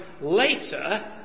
later